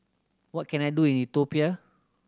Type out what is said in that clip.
what can I do in Ethiopia